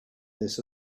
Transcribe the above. this